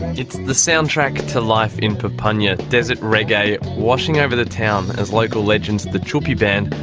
it's the soundtrack to life in papunya, desert reggae washing over the town as local legends, the tjupi band,